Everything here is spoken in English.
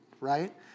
right